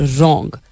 wrong